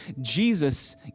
Jesus